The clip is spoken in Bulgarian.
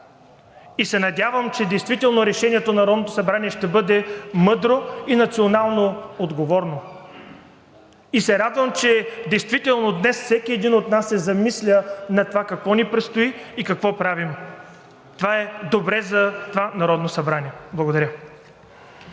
Надявам се, че решението на Народното събрание ще бъде мъдро и националноотговорно. Радвам се, че действително днес всеки от нас се замисля над това какво ни предстои и какво правим, което е добре за това Народно събрание. Благодаря.